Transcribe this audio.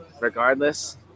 regardless